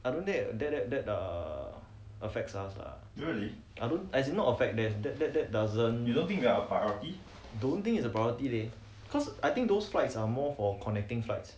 I don't that that that that er affects us lah I don't I did not affect that that that that doesn't don't think it's a priority leh cause I think those flights are more for connecting flights